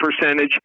percentage